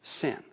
sin